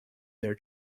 their